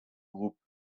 groupe